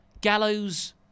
Gallows